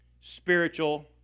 spiritual